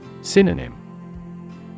Synonym